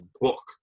book